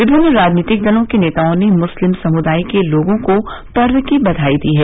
विमिन्न राजनीतिक दलो के नेताओं ने मुस्लिम समुदाय के लोगों को पर्व की बधाई दी है